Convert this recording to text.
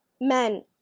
men